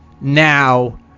now